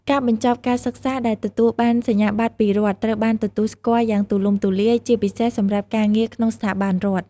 ការបញ្ចប់ការសិក្សាដែលទទួលបានសញ្ញាបត្រពីរដ្ឋត្រូវបានទទួលស្គាល់យ៉ាងទូលំទូលាយ ជាពិសេសសម្រាប់ការងារក្នុងស្ថាប័នរដ្ឋ។